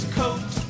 coat